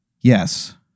yes